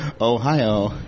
Ohio